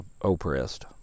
oppressed